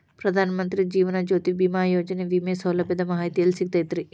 ಪ್ರಧಾನ ಮಂತ್ರಿ ಜೇವನ ಜ್ಯೋತಿ ಭೇಮಾಯೋಜನೆ ವಿಮೆ ಸೌಲಭ್ಯದ ಮಾಹಿತಿ ಎಲ್ಲಿ ಸಿಗತೈತ್ರಿ?